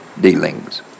dealings